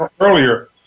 earlier